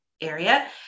area